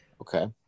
Okay